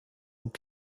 aux